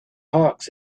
hawks